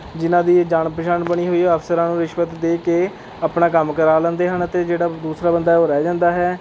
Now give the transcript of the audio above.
ਜਿਹਨਾਂ ਦੀ ਜਾਣ ਪਛਾਣ ਬਣੀ ਹੋਈ ਹੈ ਅਫਸਰਾਂ ਨੂੰ ਰਿਸ਼ਵਤ ਦੇ ਕੇ ਆਪਣਾ ਕੰਮ ਕਰਾ ਲੈਂਦੇ ਹਨ ਅਤੇ ਜਿਹੜਾ ਦੂਸਰਾ ਬੰਦਾ ਹੈ ਉਹ ਰਹਿ ਜਾਂਦਾ ਹੈ